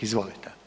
Izvolite.